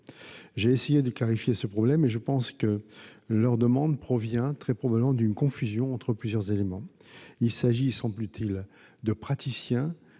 J'ai essayé de clarifier ce problème : je pense que leur demande provient très probablement d'une confusion entre plusieurs éléments. Il s'agit, semble-t-il, de praticiens